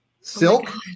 silk